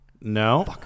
No